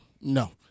No